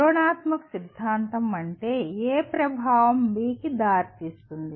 వివరణాత్మక సిద్ధాంతం అంటే A ప్రభావం B కి దారితీస్తుంది